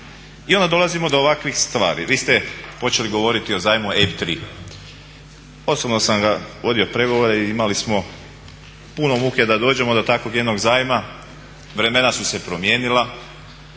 I onda dolazimo do ovakvih stvari. Vi ste počeli govoriti o zajmu EIB 3. Osobno sam vodio pregovore i imali smo puno muke da dođemo do takvog jednog zajma. Vremena su se promijenila,